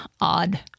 odd